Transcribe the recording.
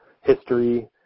history